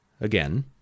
again